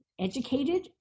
educated